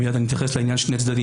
ומיד אני אתייחס לעניין של שני צדדים,